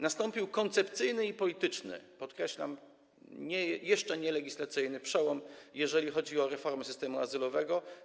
Nastąpił koncepcyjny i polityczny, podkreślam, jeszcze nie legislacyjny przełom, jeżeli chodzi o reformę systemu azylowego.